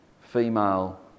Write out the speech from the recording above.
female